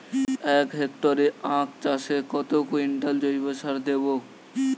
এক হেক্টরে আখ চাষে কত কুইন্টাল জৈবসার দেবো?